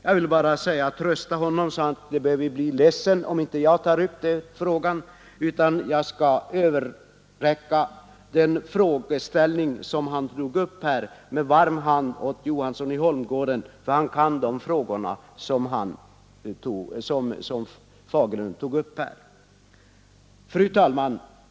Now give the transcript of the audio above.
Jag vill trösta herr Fagerlund att han får svar på frågan senare av herr Johansson i Holmgården, eftersom han kan de frågor som herr Fagerlund tog upp. Fru talman!